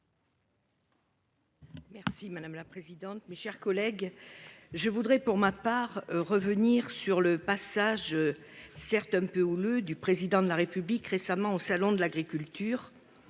Merci madame la présidente, mes chers collègues. Je voudrais pour ma part, revenir sur le passage. Certes un peu houleux du président de la République récemment au Salon de l'agriculture.